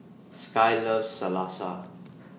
Skye loves Salsa